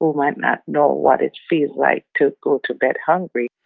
who might not know what it feels like to go to bed hungry?